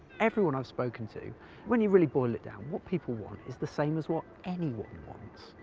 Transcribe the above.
everyone i've spoken to, when you really boil it down, what people want is the same as what anyone wants,